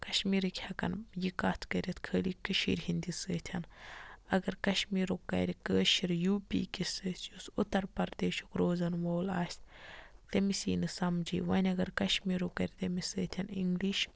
کَشمیٖرٕکۍ ہٮ۪کَن یہِ کَتھ کٔرِتھ خٲلی کٔشیٖر ہنٛدِس سۭتۍ اَگر کَشمیٖرُک کَرِ کٲشِر یوٗپیٖکِس سۭتۍ یُس اُتر پردیشُک روزن وول آسہِ تٔمِس یی نہٕ سَمجے وۄنۍ اَگر کَشمیٖرُک کَرِ تٔمِس سۭتۍ اِنٛگلِش